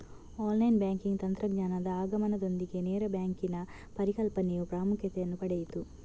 online banking ತಂತ್ರಜ್ಞಾನದ ಆಗಮನದೊಂದಿಗೆ ನೇರ ಬ್ಯಾಂಕಿನ ಪರಿಕಲ್ಪನೆಯು ಪ್ರಾಮುಖ್ಯತೆಯನ್ನು ಪಡೆಯಿತು